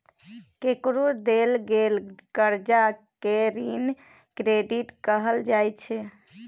केकरो देल गेल करजा केँ ऋण क्रेडिट कहल जाइ छै